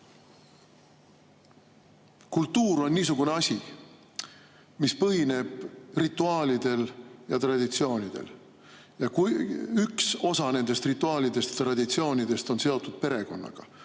Kultuur on niisugune asi, mis põhineb rituaalidel ja traditsioonidel. Üks osa nendest rituaalidest ja traditsioonidest on seotud perekonnaga: